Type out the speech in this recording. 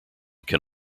can